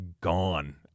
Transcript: gone